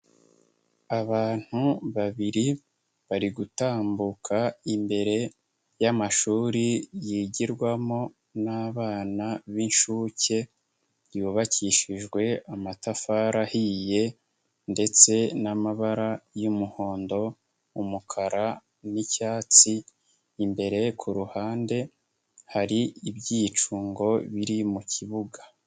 Abantu babiri bari gutambuka imbere y'amashuri yigirwamo n'abana b'inshuke, ryubakishijwe amatafari ahiye ndetse n'amabara y'umuhondo, umukara n'icyatsi, imbere ku ruhande hari ibyicungo biri mu kibuga.